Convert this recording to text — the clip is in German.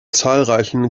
zahlreichen